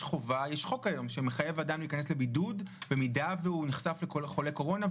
יש חוק היום שמחייב אדם להיכנס לבידוד במידה והוא נחשף לחולה קורונה,